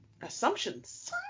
assumptions